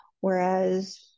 whereas